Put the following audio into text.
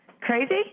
crazy